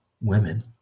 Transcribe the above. women